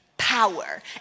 Power